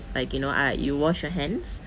like okay no uh you wash you hands